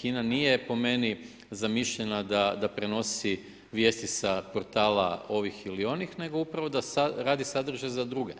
HINA nije po meni, zamišljena da prenosi vijesti sa portala ovih ili onih, nego upravo da radi sadržaj za druge.